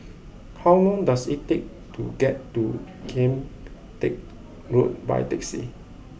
how long does it take to get to Kian Teck Road by taxi